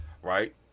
right